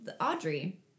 Audrey